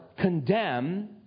condemn